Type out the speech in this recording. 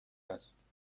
است